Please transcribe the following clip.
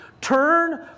Turn